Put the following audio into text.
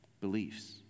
beliefs